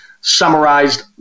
summarized